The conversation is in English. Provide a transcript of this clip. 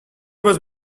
was